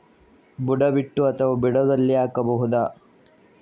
ಬುಡ ಬಿಟ್ಟು ಅಥವಾ ಬುಡದಲ್ಲಿ ಹಾಕಬಹುದಾ?